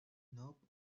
nope